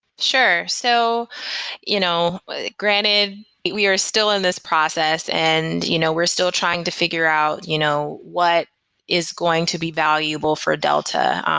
sure. so you know granted we are still in this process and you know we're still trying to figure out you know what is going to be valuable for delta, um